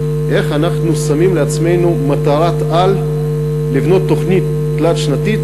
איך אנחנו שמים לעצמנו מטרת-על לבנות תוכנית תלת-שנתית,